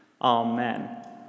Amen